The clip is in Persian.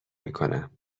میکنم